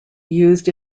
used